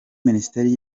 minisiteri